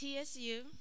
TSU